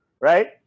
right